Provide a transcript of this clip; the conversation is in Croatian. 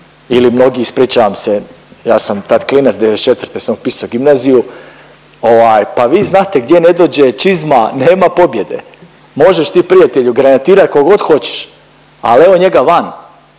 ili mnogi, ispričavam se ja sam tad klinac, '94. sam upisao gimnaziju. Ovaj pa vi znate gdje ne dođe čizma nema pobjede. Možeš ti prijatelju granatirat koliko god hoćeš ali evo njega van.